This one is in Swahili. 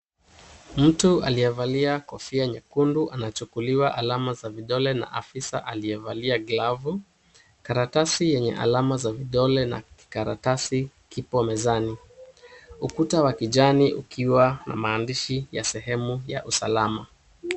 Mtu aliyevalia kofia nyekundu anachukuliwa alama za vidole na afisa aliyevaa glavu, karatasi yenye alama za vidole na karatasi kipo mezani. Ukuta wa kijani ukiwa na maandishi ya sehemu ya usalama.